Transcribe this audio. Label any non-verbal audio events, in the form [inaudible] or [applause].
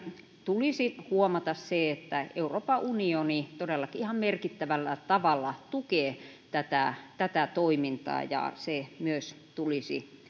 tulisi huomata se että euroopan unioni todellakin ihan merkittävällä tavalla tukee tätä tätä toimintaa ja se myös tulisi [unintelligible]